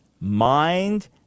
mind